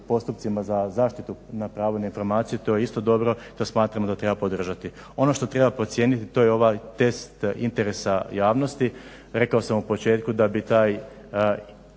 postupcima za zaštitu na pravo na informaciju. To je isto dobro, to smatramo da to treba podržati. Ono što treba procijeniti to je ovaj test interesa javnosti, rekao sam u početku da bi taj